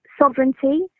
sovereignty